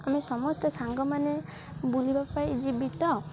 ଆମେ ସମସ୍ତେ ସାଙ୍ଗମାନେ ବୁଲିବା ପାଇଁ ଜୀବିତ